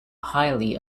highly